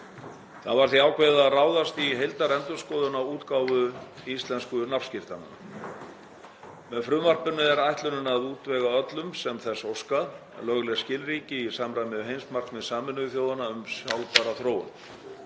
Það var því var ákveðið að ráðast í heildarendurskoðun á útgáfu íslensku nafnskírteinanna. Með frumvarpinu er ætlunin að útvega öllum sem þess óska lögleg skilríki í samræmi við heimsmarkmið Sameinuðu þjóðanna um sjálfbæra þróun.